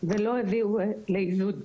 ולא הביאו יעילות.